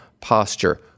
posture